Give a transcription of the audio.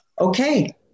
okay